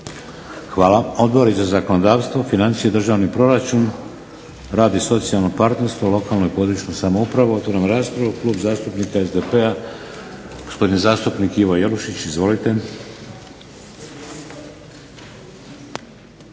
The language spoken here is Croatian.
Hvala. Odbori za zakonodavstvo, financije i državni proračun, rad i socijalno partnerstvo, lokalnu i područnu samoupravu? Otvaram raspravu. Klub zastupnika SDP-a, gospodin zastupnik Ivo Jelušić. Izvolite.